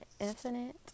infinite